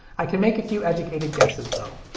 i can make a few educated guesses, though.